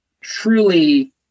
truly